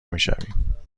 میشویم